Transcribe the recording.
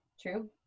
True